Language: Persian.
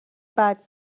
بعد